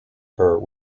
her